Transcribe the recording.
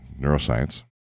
neuroscience